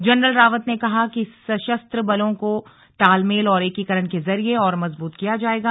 general Rawat ने कहा कि सशस्त्र बलों को तालमेल और एकीकरण के जरिये और मजबूत किया जाएगा